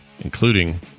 including